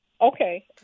Okay